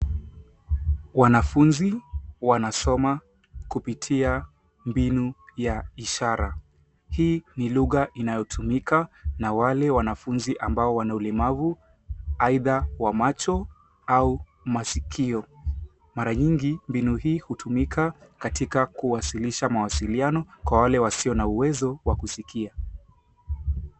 Wanafunzi wanasoma kupitia mbinu ya ishara. Hii ni lugha inayotumika na wale wanafunzi ambao wana ulemavu, aidha wa macho au masikio. Mara nyingi, mbinu hii hutumika katika kuwasilisha mawasiliano kwa wale wasio na uwezo wa kusikia.